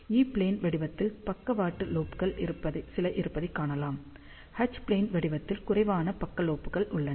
ஈ plane வடிவத்தில் பக்கவாட்டுப் லோப்கள் சில இருப்பதைக் காணலாம் எச் ப்ளேன் வடிவத்தில் குறைவான பக்க லோப்கள் உள்ளன